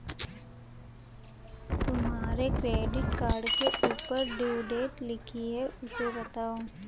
तुम्हारे credit card के ऊपर ड्यू डेट लिखी है उसे बताओ